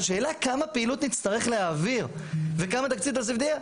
השאלה כמה פעילות נצטרך להעביר וכמה תקציב תוספתי,